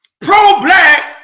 Pro-black